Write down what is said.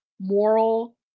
Moral